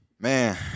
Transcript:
Man